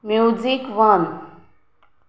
music one